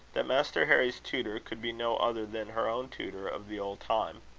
that master harry's tutor could be no other than her own tutor of the old time.